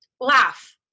laugh